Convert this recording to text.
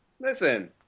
listen